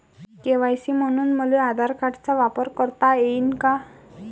KYC म्हनून मले आधार कार्डाचा वापर करता येईन का?